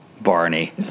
Barney